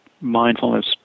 mindfulness